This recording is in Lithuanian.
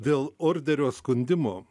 dėl orderio skundimo